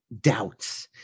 doubts